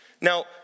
Now